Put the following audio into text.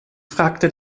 fragte